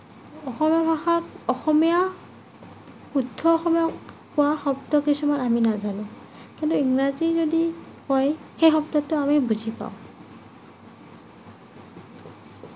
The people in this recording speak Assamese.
অসমীয়া ভাষাক অসমীয়া শুদ্ধ অসমীয়াত পোৱা শব্দ কিছুমান আমি নেজানো কিন্তু ইংৰাজীত যদি কয় সেই শব্দটো আমি বুজি পাওঁ